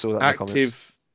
active